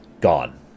gone